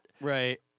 Right